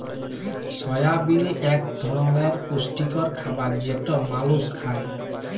সয়াবিল এক ধরলের পুষ্টিকর খাবার যেটা মালুস খায়